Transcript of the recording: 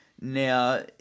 Now